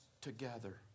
together